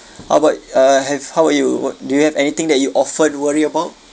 how about uh have how about you what do you have anything that you often worry about